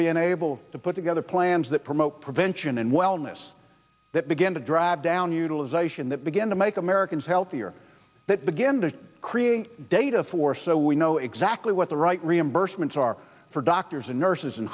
being able to put together plans that promote prevent and wellness that begin to drive down utilization that began to make americans healthier that began to create data for so we know exactly what the right reimbursements are for doctors and nurses